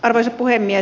arvoisa puhemies